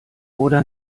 oder